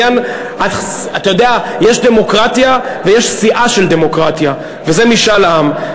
יש דמוקרטיה ויש שיאה של דמוקרטיה, וזה משאל עם.